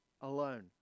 Alone